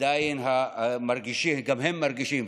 עדיין גם הם מרגישים,